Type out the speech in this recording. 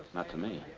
not to me.